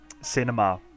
cinema